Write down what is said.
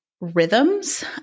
rhythms